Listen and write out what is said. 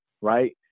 right